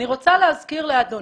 אני רוצה להזכיר לאדוני,